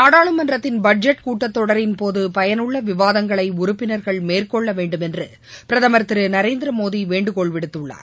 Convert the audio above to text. நாடாளுமன்றத்தின் பட்ஜெட் கூட்டத் தொடரின்போது பயனுள்ள விவாதங்களை உறுப்பினர்கள் மேற்கொள்ள வேண்டுமென்று பிரதமர் திரு நரேந்திரமோடி வேண்டுகோள் விடுத்துள்ளார்